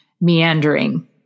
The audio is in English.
meandering